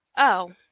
oh,